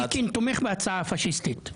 אלקין תומך בהצעה הפשיסטית.